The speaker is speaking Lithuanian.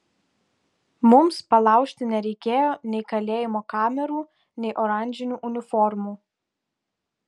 mums palaužti nereikėjo nei kalėjimo kamerų nei oranžinių uniformų